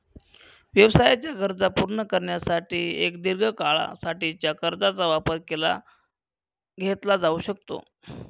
व्यवसायाच्या गरजा पूर्ण करण्यासाठी एक दीर्घ काळा साठीच्या कर्जाचा वापर केला घेतला जाऊ शकतो